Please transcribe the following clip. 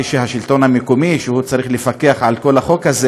שהשלטון המקומי צריך לפקח על כל החוק הזה.